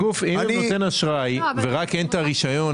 אם הוא נותן אשראי ורק אין את הרישיון,